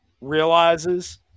realizes